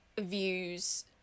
views